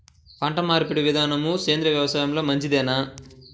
పంటమార్పిడి విధానము సేంద్రియ వ్యవసాయంలో మంచిదేనా?